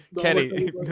Kenny